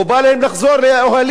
או בא להם לחזור לאוהלים.